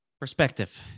perspective